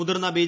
മുതിർന്ന ബി